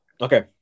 okay